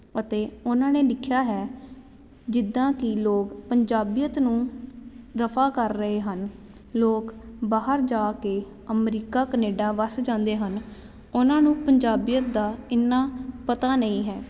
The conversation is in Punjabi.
ਅਤੇ ਉਹਨਾਂ ਨੇ ਲਿਖਿਆ ਹੈ ਜਿੱਦਾਂ ਕਿ ਲੋਕ ਪੰਜਾਬੀਅਤ ਨੂੰ ਰਫਾ ਕਰ ਰਹੇ ਹਨ ਲੋਕ ਬਾਹਰ ਜਾ ਕੇ ਅਮਰੀਕਾ ਕਨੇਡਾ ਵਸ ਜਾਂਦੇ ਹਨ ਉਹਨਾਂ ਨੂੰ ਪੰਜਾਬੀਅਤ ਦਾ ਇੰਨਾ ਪਤਾ ਨਹੀਂ ਹੈ